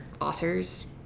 Authors